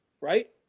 right